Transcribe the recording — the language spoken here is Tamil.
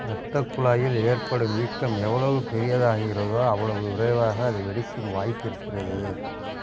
ரத்தக் குழாயில் ஏற்படும் வீக்கம் எவ்வளவு பெரியதாகிறதோ அவ்வளவு விரைவாக அது வெடிக்கும் வாய்ப்பு இருக்கிறது